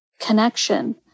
connection